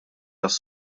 tas